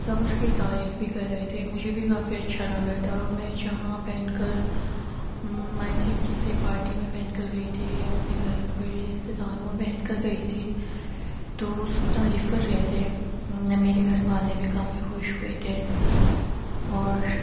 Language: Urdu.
سب اس کی تعریف بھی کر رہے تھے مجھے بھی کافی اچھا لگا تھا میں جہاں پہن کر آئی تھنک جس بھی پارٹی میں پہن کر گئی تھی یا اپنے گھر پہ رشتے داروں میں پہن کر گئی تھی تو سب تعریف کر رہے تھے میرے گھر والے بھی کافی خوش ہوئے تھے اور